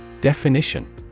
Definition